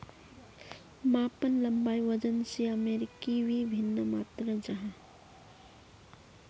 मापन लंबाई वजन सयमेर की वि भिन्न मात्र जाहा?